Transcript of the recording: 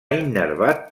innervat